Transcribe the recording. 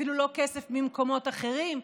אפילו לא כסף ממקומות אחרים,